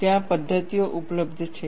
ત્યાં પદ્ધતિઓ ઉપલબ્ધ છે